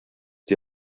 die